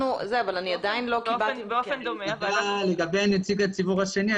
--- עדיין לא קיבלתי --- לגבי נציג הציבור השני,